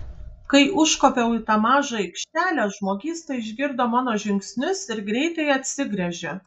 kai užkopiau į tą mažą aikštelę žmogysta išgirdo mano žingsnius ir greitai atsigręžė